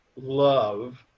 love